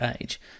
age